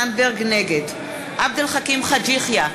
נגד עבד אל חכים חאג' יחיא,